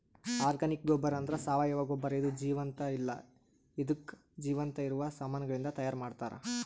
organic ಗೊಬ್ಬರ ಅಂದ್ರ ಸಾವಯವ ಗೊಬ್ಬರ ಇದು ಜೀವಂತ ಇಲ್ಲ ಹಿಂದುಕ್ ಜೀವಂತ ಇರವ ಸಾಮಾನಗಳಿಂದ್ ತೈಯಾರ್ ಮಾಡ್ತರ್